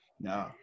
No